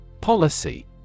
Policy